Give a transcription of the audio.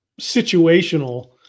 situational